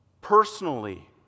personally